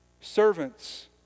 Servants